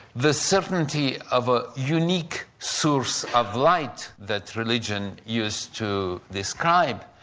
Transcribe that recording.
the certainty of a unique source of light that religion used to describe,